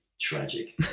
tragic